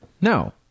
No